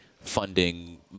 funding